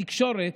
התקשורת,